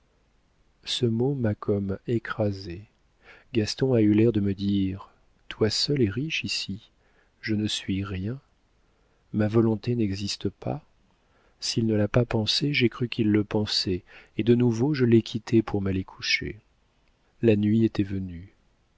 ce mot m'a comme écrasée gaston a eu l'air de me dire toi seule es riche ici je ne suis rien ma volonté n'existe pas s'il ne l'a pas pensé j'ai cru qu'il le pensait et de nouveau je l'ai quitté pour m'aller coucher la nuit était venue